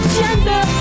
gender